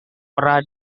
pernah